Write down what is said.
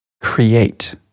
create